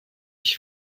ich